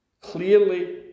clearly